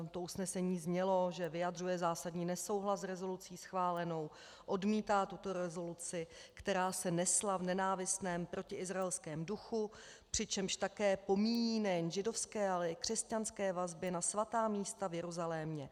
To usnesení znělo, že vyjadřuje zásadní nesouhlas s rezolucí schválenou, odmítá tuto rezoluci, která se nesla v nenávistném protiizraelském duchu, přičemž také pomíjí nejen židovské, ale i křesťanské vazby na svatá místa v Jeruzalémě.